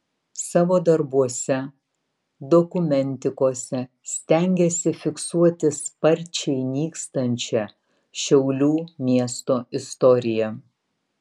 savo darbuose dokumentikose stengiasi fiksuoti sparčiai nykstančią šiaulių miesto istoriją